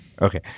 okay